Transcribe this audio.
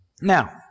Now